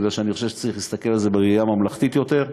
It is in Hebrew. כי אני חושב שצריך להסתכל על זה בראייה ממלכתית יותר.